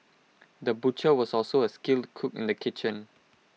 the butcher was also A skilled cook in the kitchen